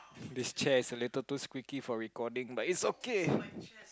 this chair is too little squeaky for recording but it's okay